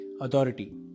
authority